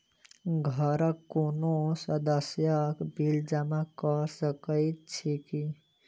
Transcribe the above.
घरक कोनो सदस्यक बिल जमा कऽ सकैत छी की?